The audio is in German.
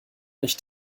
nicht